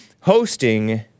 hosting